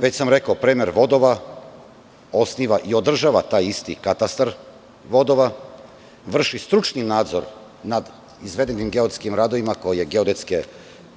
Već sam rekao: premer vodova, osniva i održava taj isti katastar vodova, vrši stručni nadzor nad izvedenim geodetskim radovima koje geodetske